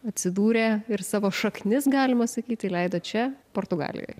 atsidūrė ir savo šaknis galima sakyti įleido čia portugalijoj